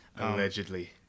allegedly